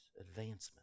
advancement